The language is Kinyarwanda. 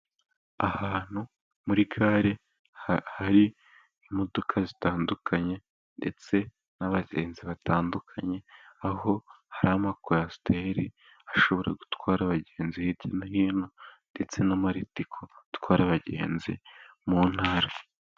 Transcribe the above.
Ahantu muri gare hari imodoka zitandukanye ndetse n'abagenzi batandukanye, aho hari ama kwasiteri ashobora gutwara abagenzi hirya no hino, ndetse na maritiko atwara abagenzi mu ntara.